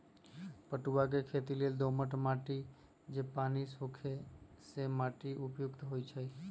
पटूआ के खेती लेल दोमट माटि जे पानि सोखे से माटि उपयुक्त होइ छइ